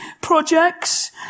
projects